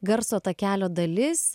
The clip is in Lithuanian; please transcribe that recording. garso takelio dalis